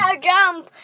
jump